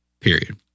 Period